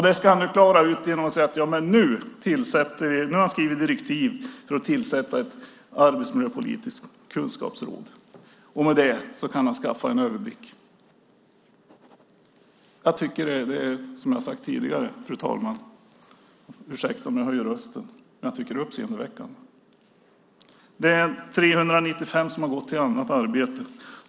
Det ska han nu klara ut genom att säga att han nu har skrivit direktiv för att tillsätta ett arbetsmiljöpolitiskt kunskapsråd. Med det kan han skaffa en överblick. Fru talman! Ursäkta om jag höjer rösten, men jag tycker att det är uppseendeväckande. Det är 395 personer som har gått till annat arbete.